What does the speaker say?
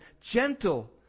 gentle